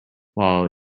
while